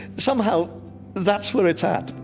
somehow that's where it's at.